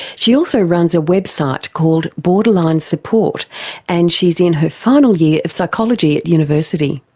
she also runs a website called borderline support and she's in her final year of psychology at university.